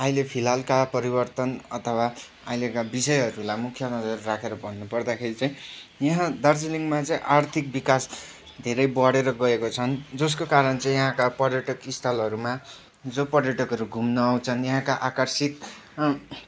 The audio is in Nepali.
अहिले फिलहालका परिवर्तन अथवा अहिलेका विषयहरूलाई मुख्य नजर राखेर भन्नुपर्दाखेरि चाहिँ यहाँ दार्जिलिङमा चाहिँ आर्थिक विकास धेरै बढेर गएको छन् जसको कारण चाहिँ यहाँका पर्यटकस्थलहरूमा जो पर्यटकहरू घुम्न आउँछन् यहाँका आकर्षित